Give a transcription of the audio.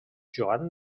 joan